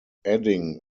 adding